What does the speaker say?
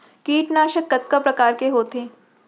कीटनाशक कतका प्रकार के होथे?